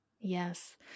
Yes